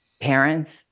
Parents